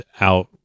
out